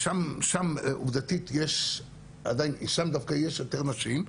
שם דווקא יש יותר נשים.